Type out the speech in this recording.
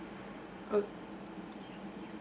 O